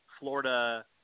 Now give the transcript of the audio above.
Florida